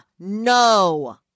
No